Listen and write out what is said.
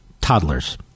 toddlers